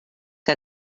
que